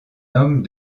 homme